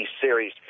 series